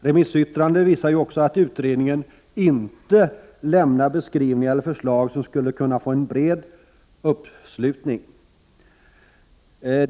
Remissyttrandena visar också att utredningen inte lämnar förslag som skulle kunna vinna bred uppslutning.